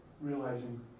realizing